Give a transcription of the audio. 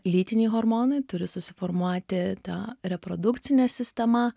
lytiniai hormonai turi susiformuoti ta reprodukcinė sistema